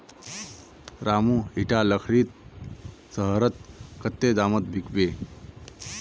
रामू इटा लकड़ी शहरत कत्ते दामोत बिकबे